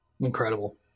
Incredible